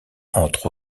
entre